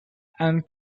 and